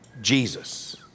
Jesus